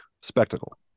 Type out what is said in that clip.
spectacle